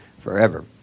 forever